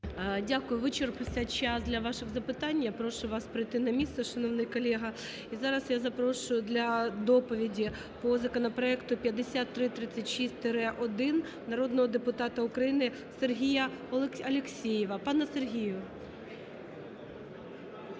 Дякую. Вичерпався час для ваших запитань. Я прошу вас пройти на місце, шановний колега. І зараз я запрошую для доповіді по законопроекту 5336-1 народного депутата України Сергія Алєксєєва. Пане Сергію.